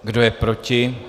Kdo je proti?